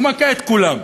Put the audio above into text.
הוא מכה את כולם.